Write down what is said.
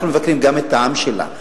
אנחנו מבקרים גם את העם שלה,